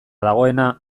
dagoena